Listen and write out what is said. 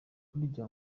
burya